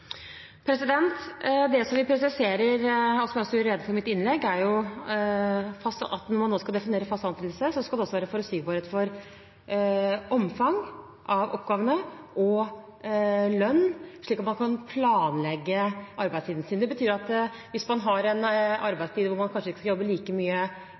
Det vi presiserer, og som jeg også gjorde rede for i mitt innlegg, er at man nå skal definere fast ansettelse, og det skal også være forutsigbarhet når det gjelder omfanget av oppgavene og lønn, slik at man kan planlegge arbeidstiden sin. Det betyr at hvis man har en arbeidstid hvor man kanskje ikke skal jobbe like mye